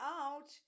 out